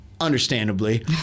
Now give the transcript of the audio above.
understandably